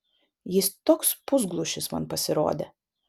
jis toks pusglušis man pasirodė